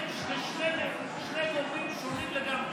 זה שני גורמים שונים לגמרי.